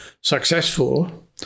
successful